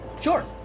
Sure